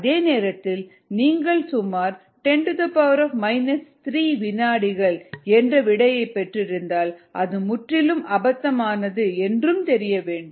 அதே நேரத்தில் நீங்கள் சுமார் 10 3 வினாடிகள் என்ற விடையை பெற்றிருந்தால் அது முற்றிலும் அபத்தமானது என்றும் தெரிய வேண்டும்